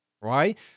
right